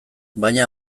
baina